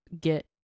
get